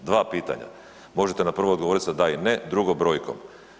Dva pitanja, možete na prvo odgovoriti sa da i ne, drugo brojkom.